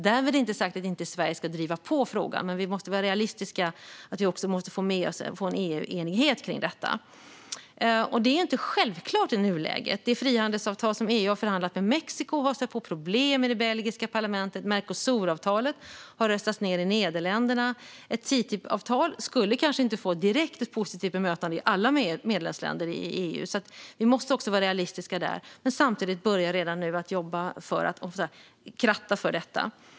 Därmed inte sagt att Sverige inte ska driva på frågan, men vi måste vara realistiska - vi måste få en EU-enighet kring detta. Detta är inte självklart i nuläget. Det frihandelsavtal som EU har förhandlat fram med Mexiko har stött på problem i det belgiska parlamentet, och Mercosuravtalet har röstats ned i Nederländerna. Ett TTIP-avtal skulle kanske inte direkt få ett positivt bemötande i alla EU:s medlemsländer. Vi måste alltså vara realistiska men samtidigt redan nu börja kratta för detta.